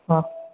ಹಾಂ